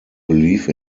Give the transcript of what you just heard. believe